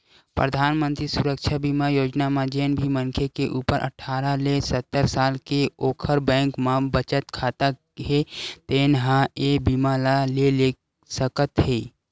परधानमंतरी सुरक्छा बीमा योजना म जेन भी मनखे के उमर अठारह ले सत्तर साल हे ओखर बैंक म बचत खाता हे तेन ह ए बीमा ल ले सकत हे